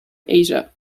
asia